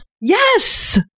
yes